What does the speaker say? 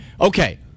Okay